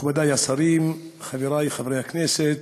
מכובדי השרים, חברי חברי הכנסת,